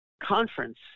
conference